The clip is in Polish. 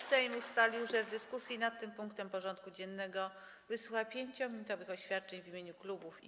Sejm ustalił, że w dyskusji nad tym punktem porządku dziennego wysłucha 5-minutowych oświadczeń w imieniu klubów i kół.